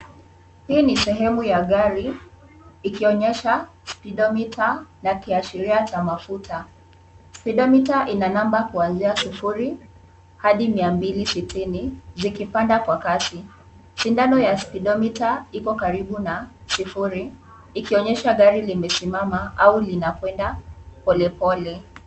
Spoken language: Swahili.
Hii ni sehemu ya gari ikionyesha speedometer na kuashiria cha mafuta. Speedometer ina namba kuanzia sufuri hadi mia mbili sitini zikipanda kwa kasi. Sindano ya speedometer ipo karibu na sufuri ikionyesha gari limesimama au linakwenda polepole.